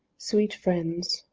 sweet friends,